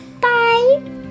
Bye